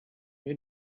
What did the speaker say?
your